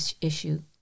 issue